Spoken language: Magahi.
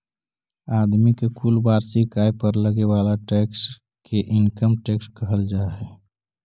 आदमी के कुल वार्षिक आय पर लगे वाला टैक्स के इनकम टैक्स कहल जा हई